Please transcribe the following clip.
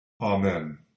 Amen